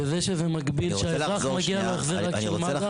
וזה שזה מגביל, שהאזרח מגיע לו החזר רק של מד"א.